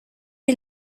est